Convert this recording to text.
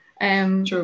True